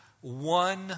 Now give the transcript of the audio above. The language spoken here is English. one